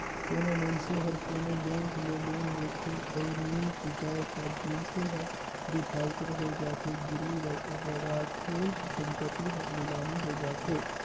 कोनो मइनसे हर कोनो बेंक ले लोन लेथे अउ नी चुकाय ता मइनसे हर डिफाल्टर होए जाथे, गिरवी रराखे संपत्ति हर लिलामी होए जाथे